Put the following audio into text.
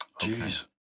Jeez